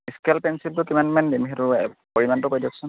scale পেঞ্চিলটো কিমানমান দিম সেইটো পৰিমাণটো কৈ দিয়কচোন